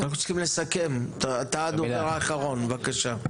אנחנו צריכים לסכם, אתה הדובר האחרון, בבקשה.